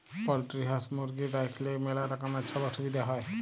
poultry হাঁস, মুরগি রাইখলেই ম্যালা রকমের ছব অসুবিধা হ্যয়